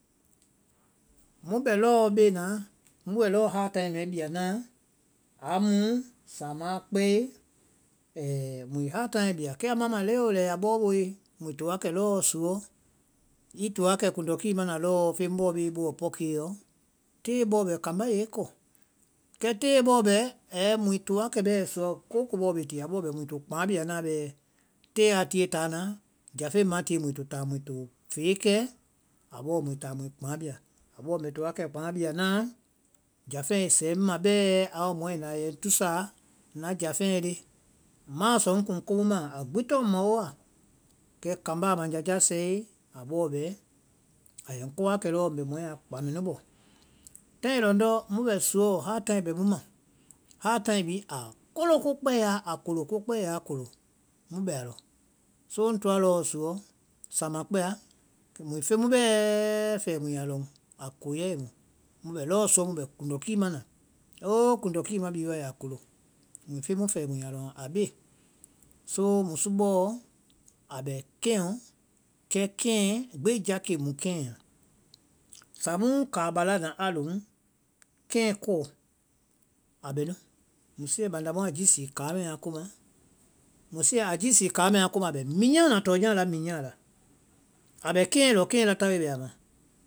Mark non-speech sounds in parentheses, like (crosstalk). Mu bɛ lɔɔ bée na mu bɛ hard tae mɛɛ bia naã, amu sáamaã a kpɛe, (hesitation) muĩ hard taɛ bia, kɛ a ma ma lɛo lɛi ya bɔɔ woe, muĩ to wa kɛ lɔɔ suɔ